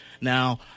Now